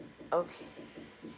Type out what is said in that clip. okay